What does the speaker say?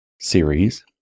series